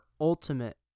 ultimate